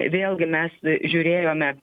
vėlgi mes žiūrėjome